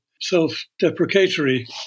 self-deprecatory